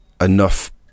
enough